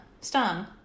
stung